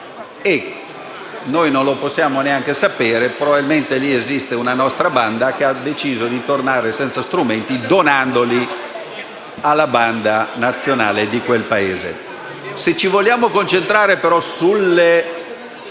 Noi non lo possiamo neanche sapere: probabilmente lì esiste una nostra banda che ha deciso di tornare senza strumenti donandoli alla banda nazionale di quel Paese. Se però ci vogliamo concentrare sulle